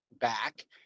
back